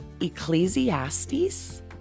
Ecclesiastes